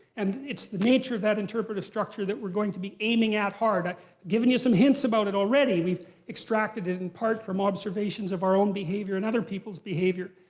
and it's the nature of that interpretive structure that we're going to be aiming at hard. i've given you some hints about it already. we've extracted it in part from observations from our own behavior and other peoples' behavior.